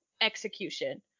execution